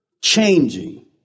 changing